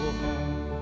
home